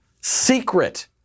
Secret